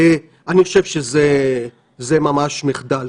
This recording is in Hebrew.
אני חושב שזה ממש מחדל.